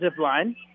Zipline